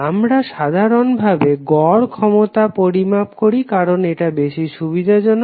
আমরা সাধারানভাবে গড় ক্ষমতা পরিমাপ করি কারণ এটা বেশি সুবিধাজনক